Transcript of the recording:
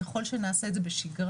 וככל שנעשה את זה בשגרה,